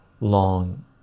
long